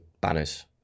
banners